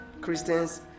Christians